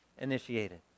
initiated